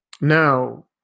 Now